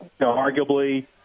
arguably